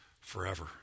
forever